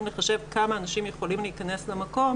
לחשב כמה אנשים יכולים להיכנס למקום,